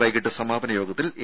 വൈകിട്ട് സമാപന യോഗത്തിൽ എ